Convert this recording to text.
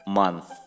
month